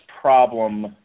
problem